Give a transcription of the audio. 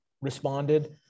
responded